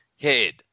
head